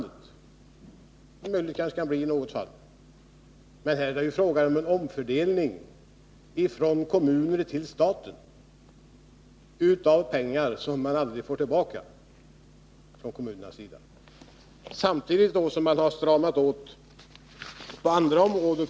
Det är möjligt att det kanske kan bli så i något fall, men enligt regeringens förslag är det ju fråga om en omfördelning från kommunerna till staten av pengar som kommunerna aldrig får tillbaka. Samtidigt stramar man åt för kommunerna på andra områden.